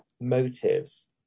motives